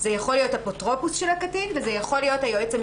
זה יכול להיות אפוטרופוס של הקטין וזה יכול להות היועץ